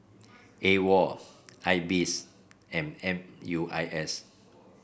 AWOL IBS and M U I S